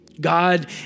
God